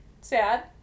Sad